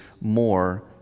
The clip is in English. more